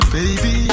Baby